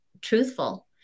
truthful